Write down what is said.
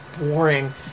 boring